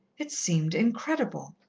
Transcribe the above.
it seemed incredible.